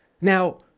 Now